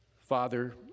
Father